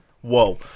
Whoa